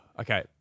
Okay